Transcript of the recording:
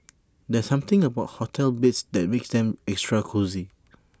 there's something about hotel beds that makes them extra cosy